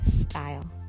style